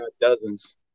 dozens